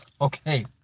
okay